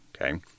Okay